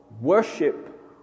worship